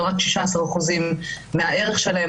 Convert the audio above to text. אבל רק 16% מהערך שלהם.